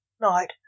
night